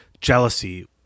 jealousy